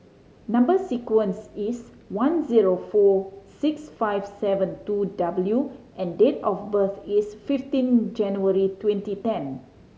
number sequence is one zero four six five seven two W and date of birth is fifteen January twenty ten